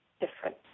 different